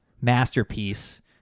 masterpiece